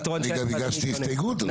אני גם הגשתי הסתייגות על זה.